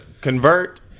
convert